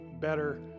better